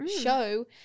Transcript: show